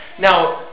now